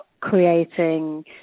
creating